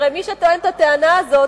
כי הרי מי שטוען את הטענה הזאת,